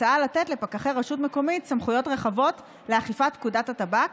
ההצעה לתת לפקחי רשות מקומית סמכויות רחבות לאכיפת פקודת הטבק,